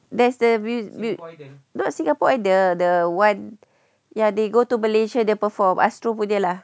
that's the mu~ mu~ not singapore idol the one ya they go to malaysia dia perform astro punya lah